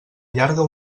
allarga